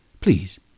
please